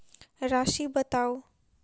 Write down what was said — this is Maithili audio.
राशि बताउ